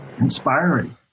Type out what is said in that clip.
inspiring